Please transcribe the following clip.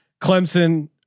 Clemson